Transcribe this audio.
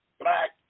Black